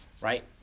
right